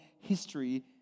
history